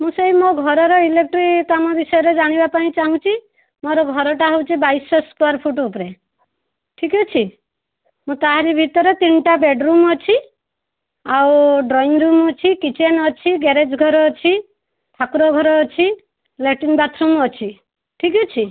ମୁଁ ସେଇ ମୋ ଘରର ଇଲେକ୍ଟ୍ରି କାମ ବିଷୟରେ ଜାଣିବାପାଇଁ ଚାହୁଁଛି ମୋର ଘରଟା ହଉଚି ବାଇଶ ଶହ ସ୍କୁୟାର୍ ଫୁଟ୍ ଉପରେ ଠିକ୍ଅଛି ମୁଁ ତାହାରି ଭିତରେ ତିନିଟା ବେଡ଼୍ ରୁମ୍ ଅଛି ଆଉ ଡ୍ରଇଂ ରୁମ୍ ଅଛି କିଚେନ୍ ଅଛି ଗେରେଜ୍ ଘର ଅଛି ଠାକୁରଘର ଅଛି ଲେଟ୍ରିନ୍ ବାଥ୍ରୁମ୍ ଅଛି ଠିକ୍ଅଛି